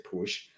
push